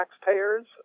taxpayers